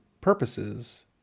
purposes